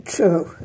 True